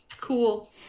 Cool